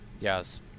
Yes